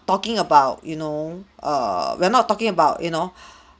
talking about you know err we're not talking about you know